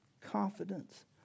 confidence